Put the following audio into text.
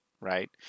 right